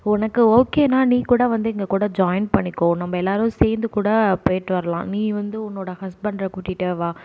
உனக்கு ஓகேனா நீ கூட வந்து எங்கள் கூட ஜாயின் பண்ணிக்கோ நம்ம எல்லாரும் சேர்ந்து கூட போய்ட்டு வரலாம் நீ வந்து உன்னோட ஹஸ்பண்டை கூட்டிட்டு வா